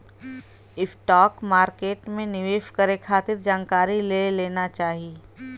stock market में निवेश करे खातिर जानकारी ले लेना चाही